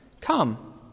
come